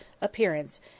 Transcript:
appearance